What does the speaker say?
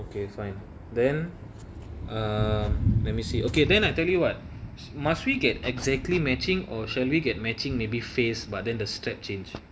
okay fine then err let me see okay then I tell you what must we get exactly matching or shall we get matching may be faced but then the strap change